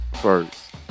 first